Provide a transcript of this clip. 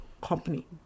company